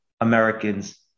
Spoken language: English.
Americans